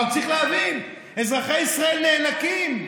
אבל צריך להבין, אזרחי ישראל נאנקים.